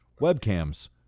webcams